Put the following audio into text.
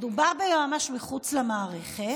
מדובר ביועמ"ש מחוץ למערכת.